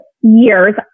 years